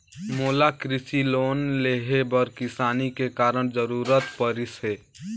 मोला कृसि लोन लेहे बर किसानी के कारण जरूरत परिस हे